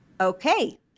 Okay